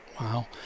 Wow